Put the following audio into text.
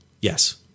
Yes